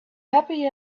happy